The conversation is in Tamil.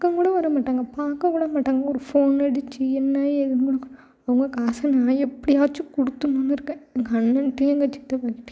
பக்கம் கூட வரமாட்டாங்க பார்க்க கூட மாட்டாங்க ஒரு ஃபோன் அடித்து என்ன ஏதுனு கூட அவங்க காசை நான் எப்படியாச்சும் கொடுத்துறணும்னு இருக்கேன் எங்கள் அண்ணன்ட்டேயும் எங்கள் சித்தப்பாக்கிட்டேயும்